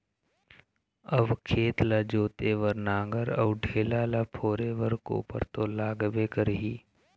अब खेत ल जोते बर नांगर अउ ढेला ल फोरे बर कोपर तो लागबे करही